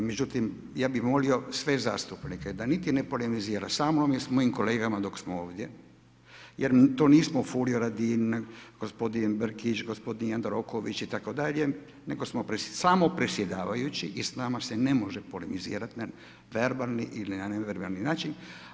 Međutim, ja bih molio sve zastupnike da niti ne polemizira sa mnom ili sa mojim kolegama dok smo ovdje, jer to nismo Furio Radin, gospodin Brkić, gospodin Jandroković itd. nego samo predsjedavajući i sa nama se ne može polemizirati na verbalni ili na neverbalni način.